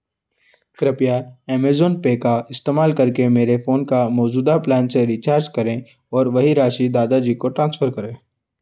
कृपया Amazon Pay का इस्तेमाल करके मेरे फ़ोन का मौजूदा प्लान से रिचार्ज करें और वही राशि दादा जी को ट्रांसफ़र करें